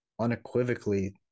unequivocally